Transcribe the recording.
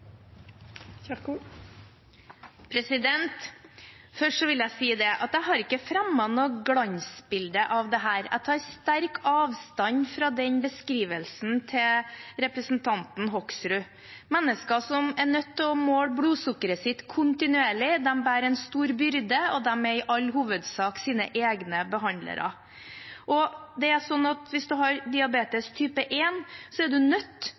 Først vil jeg si at jeg har ikke fremmet noe glansbilde av dette. Jeg tar sterkt avstand fra den beskrivelsen til representanten Hoksrud. Mennesker som er nødt til å måle blodsukkeret sitt kontinuerlig, bærer en stor byrde, og de er i all hovedsak sine egne behandlere. Hvis man har diabetes type 1, er man nødt til å måle blodsukkeret kontinuerlig. Man er også nødt